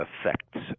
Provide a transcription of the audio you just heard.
effects